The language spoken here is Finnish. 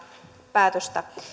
päätöstä